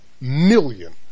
million